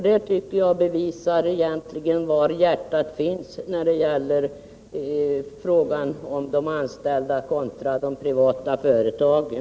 Det tycker jag visar var hjärtat finns när det gäller frågan om de anställda kontra de privata företagen.